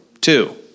Two